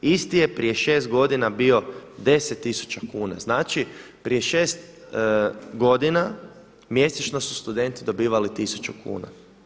Isti je prije šest godina bio 10000 kuna.“ Znači, prije 6 godina mjesečno su studenti dobivali 1000 kuna.